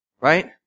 Right